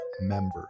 members